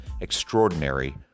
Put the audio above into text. extraordinary